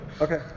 Okay